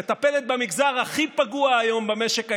מטפלת במגזר הכי פגוע היום במשק הישראלי,